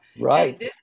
Right